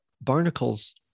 barnacles